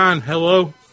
hello